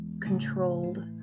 controlled